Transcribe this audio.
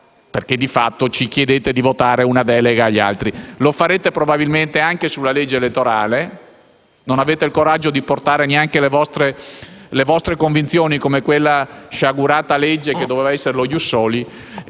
perché di fatto ci chiedete di votare una delega al Governo. E lo farete probabilmente anche sulla legge elettorale. Non avete il coraggio di portare avanti neanche le vostre convinzioni, come quella sciagurata norma sullo *ius soli.*